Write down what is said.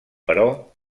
però